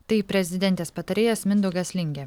tai prezidentės patarėjas mindaugas lingė